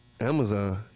Amazon